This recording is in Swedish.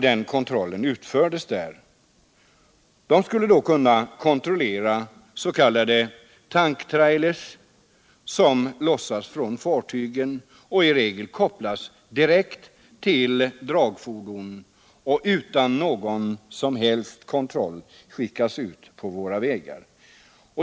De skulle också kunna kontrollera s.k. tank-trailers, som lossas från fartygen och i regel kopplas direkt till dragfordon och utan någon som helst kontroll skickas ut på våra vägar.